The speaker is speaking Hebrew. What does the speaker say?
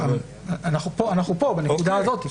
לא, אנחנו פה, בנקודה הזאת.